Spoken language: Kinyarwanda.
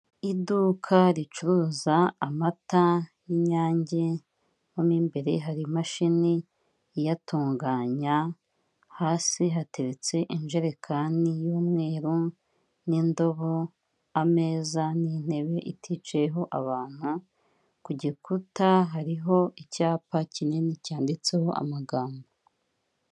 Iduka ricuruza amata y'inyange, mo imbere hari imashini iyatunganya, hasi hateretse injerekani y'umweru, n'indobo, ameza n'intebe iticayeho abantu, ku gikuta hariho icyapa kinini cyanditseho amagambo.